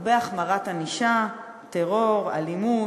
הרבה החמרת ענישה, טרור, אלימות,